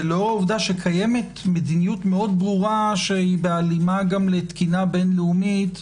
ולאור העובדה שקיימת מדיניות מאוד ברורה שהיא בהלימה לתקינה בין-לאומית,